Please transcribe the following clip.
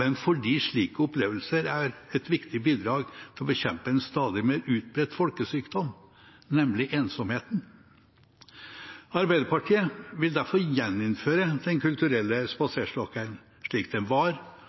men fordi slike opplevelser er viktige bidrag til å bekjempe en stadig mer utbredt folkesykdom, nemlig ensomheten. Arbeiderpartiet vil derfor gjeninnføre Den kulturelle spaserstokken slik den var,